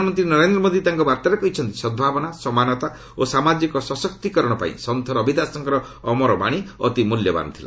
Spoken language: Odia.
ପ୍ରଧାନମନ୍ତ୍ରୀ ନରେନ୍ଦ୍ର ମୋଦି ତାଙ୍କ ବାର୍ତ୍ତାରେ କହିଛନ୍ତି ସଦ୍ଭାବନା ସମାନତା ଓ ସାମାଜିକ ସଶକ୍ତିକରଣ ପାଇଁ ସନ୍ଥ ରବି ଦାସଙ୍କର ଅମର ବାଣୀ ଅତି ମୂଲ୍ୟବାନ ଥିଲା